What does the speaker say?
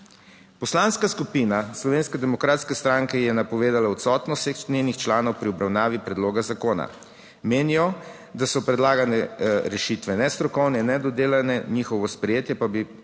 Poslanska skupina Slovenske demokratske stranke je napovedala odsotnost njenih članov pri obravnavi predloga zakona. Menijo, da so predlagane rešitve nestrokovne, nedodelane, njihovo sprejetje pa bi povzročilo